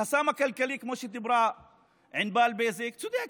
החסם הכלכלי, כמו שאמרה ענבר בזק, צודקת.